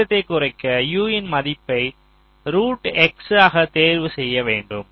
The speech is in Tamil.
தாமதத்தைக் குறைக்க U யின் மதிப்பை ஆக தேர்வு செய்ய வேண்டும்